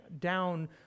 down